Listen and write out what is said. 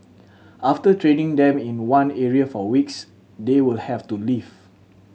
after training them in one area for weeks they will have to leave